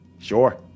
Sure